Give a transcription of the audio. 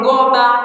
Goba